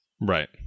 Right